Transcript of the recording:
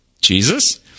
jesus